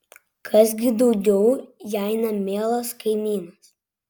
kas gi daugiau jei ne mielas kaimynas